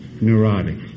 neurotic